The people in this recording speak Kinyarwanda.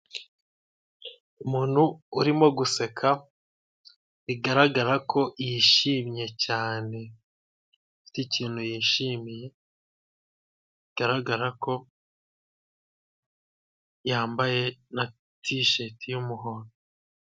Umuntu urimo guseka, bigaragara ko yishimye cyane, ufite ikintu yishimiye, bigaragara ko yambaye na tisheti y'umuhondo.